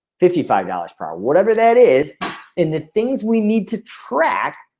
fifty five dollars per hour, whatever that is and the things we need to. track